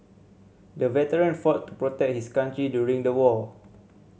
the veteran fought to protect his country during the war